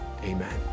amen